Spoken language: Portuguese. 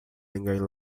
ninguém